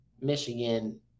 Michigan